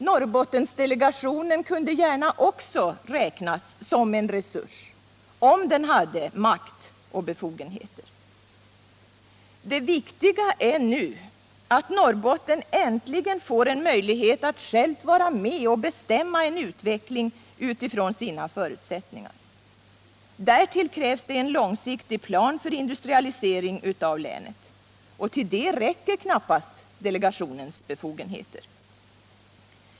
Norrbottensdelegationen kunde gärna också räknas som en resurs — om den hade makt och befogenheter. Det viktiga är nu att Norrbotten äntligen får en möjlighet att självt vara med och bestämma en utveckling utifrån sina förutsättningar. Därtill krävs en långsiktig plan för industrialisering av länet, och till det räcker knappast delegationens befogenheter.